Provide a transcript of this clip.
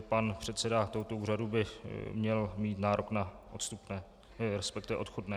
Pan předseda tohoto úřadu by měl mít nárok na odstupné, resp. odchodné.